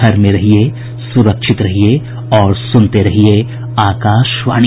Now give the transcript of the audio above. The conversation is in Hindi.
घर में रहिये सुरक्षित रहिये और सुनते रहिये आकाशवाणी